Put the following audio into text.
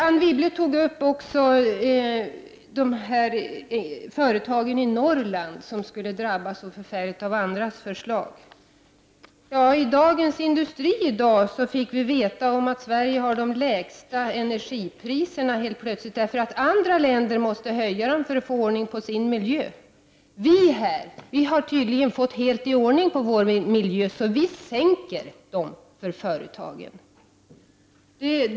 Anne Wibble tog också upp frågan om företagen i Norrland som skulle drabbas så förfärligt om andras förslag genomfördes. I Dagens Industri i dag fick vi veta att Sverige helt plötsligt har de lägsta energipriserna, därför att andra länder måste höja dem för att få ordning på sin miljö. Vi här har tydligen helt fått ordning på vår miljö, för vi sänker energipriserna för företagen.